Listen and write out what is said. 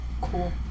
Cool